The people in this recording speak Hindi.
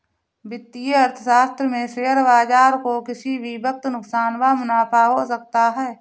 वित्तीय अर्थशास्त्र में शेयर बाजार को किसी भी वक्त नुकसान व मुनाफ़ा हो सकता है